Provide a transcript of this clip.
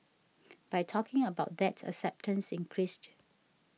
by talking about that acceptance increased